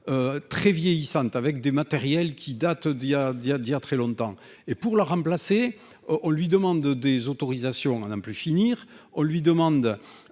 très vieillissante avec du matériel qui date d'il y a dire dire très longtemps et pour le remplacer, oh, on lui demande des autorisations à n'en plus finir, on lui demande